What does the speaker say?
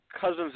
cousins